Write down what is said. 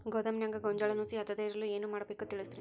ಗೋದಾಮಿನ್ಯಾಗ ಗೋಂಜಾಳ ನುಸಿ ಹತ್ತದೇ ಇರಲು ಏನು ಮಾಡಬೇಕು ತಿಳಸ್ರಿ